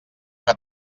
que